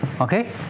Okay